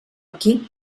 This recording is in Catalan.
qui